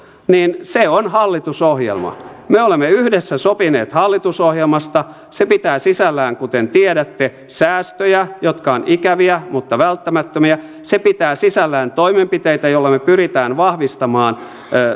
se on hallitusohjelma me olemme yhdessä sopineet hallitusohjelmasta se pitää sisällään kuten tiedätte säästöjä jotka ovat ikäviä mutta välttämättömiä se pitää sisällään toimenpiteitä joilla me pyrimme vahvistamaan